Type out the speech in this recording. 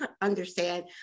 understand